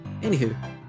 anywho